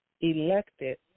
elected